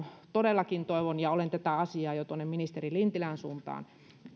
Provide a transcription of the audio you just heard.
todellakin toivon ja olen tätä asiaa jo tuonne ministeri lintilän suuntaan